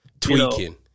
Tweaking